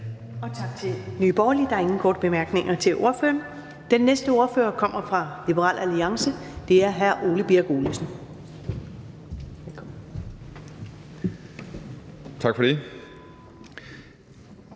Tak til Nye Borgerlige. Der er ingen korte bemærkninger til ordføreren. Den næste ordfører kommer fra Liberal Alliance, og det er hr. Ole Birk Olesen. Kl.